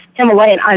Himalayan